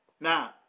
Now